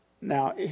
Now